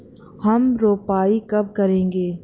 हम रोपाई कब करेंगे?